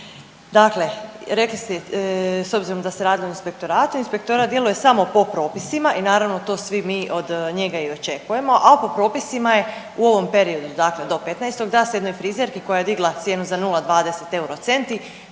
Dakle, rekli ste s obzirom da se radilo o inspektoratu, inspektorat djeluje samo po propisima i naravno to svi mi od njega i očekujemo, a po propisima je u ovom periodu dakle do 15. da se jednoj frizerki koja je digla cijenu za 0,20 eurocenti